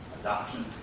adoption